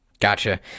Gotcha